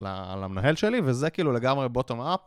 למנהל שלי, וזה כאילו לגמרי בוטום אפ.